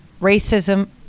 Racism